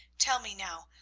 tell me now,